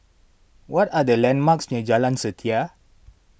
what are the landmarks near Jalan Setia